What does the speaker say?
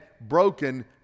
broken